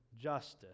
justice